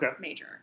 major